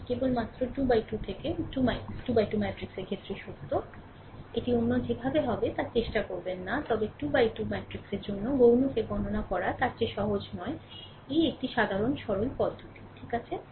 এটি কেবলমাত্র 2 থেকে 2 থেকে 2 ম্যাট্রিক্সের ক্ষেত্রেই সত্য এটি অন্য যেভাবে হবে তা চেষ্টা করবেন না তবে 2 থেকে 2 ম্যাট্রিক্সের জন্য গৌণকে গণনা করা তার চেয়ে সহজ নয় এই একটি সাধারণ সরল পদ্ধতি ঠিক আছে